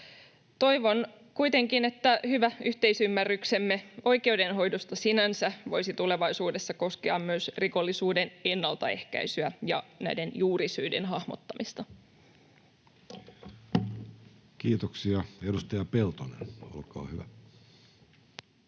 Toivon kuitenkin, että hyvä yhteisymmärryksemme oikeudenhoidosta sinänsä voisi tulevaisuudessa koskea myös rikollisuuden ennaltaehkäisyä ja näiden juurisyiden hahmottamista. [Speech 368] Speaker: